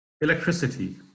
electricity